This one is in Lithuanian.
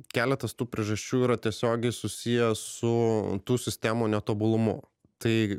keletas tų priežasčių yra tiesiogiai susiję su tų sistemų netobulumu tai